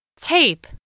Tape